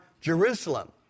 Jerusalem